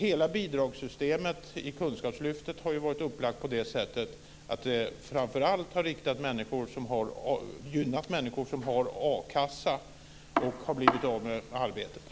Hela bidragssystemet när det gäller Kunskapslyftet har ju varit upplagt på det sättet att det framför allt har gynnat människor som har a-kassa och blivit av med sitt arbete.